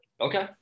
okay